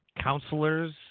counselors